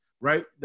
right